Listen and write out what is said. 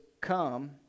come